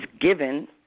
given